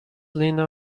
lena